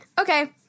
Okay